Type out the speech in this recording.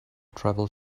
travel